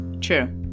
True